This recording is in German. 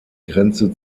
grenze